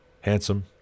handsome